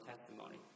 testimony